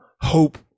hope